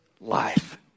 life